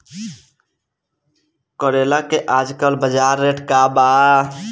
करेला के आजकल बजार रेट का बा?